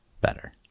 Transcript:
better